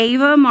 Ava